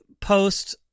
post